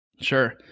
Sure